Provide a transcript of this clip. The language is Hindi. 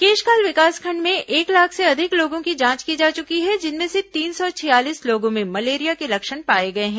केशकाल विकासखंड में एक लाख से अधिक लोगों की जांच की जा चुकी है जिनमें से तीन सौ छियालीस लोगों में मलेरिया के लक्षण पाए गए हैं